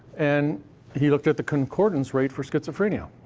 and he looked at the concordance rate for schizophrenia.